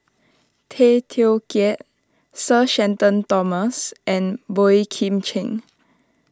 Tay Teow Kiat Sir Shenton Thomas and Boey Kim Cheng